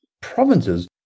provinces